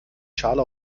schale